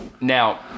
now